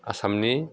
आसामनि